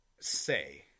say